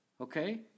okay